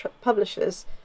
publishers